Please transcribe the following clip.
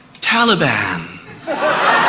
Taliban